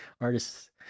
artists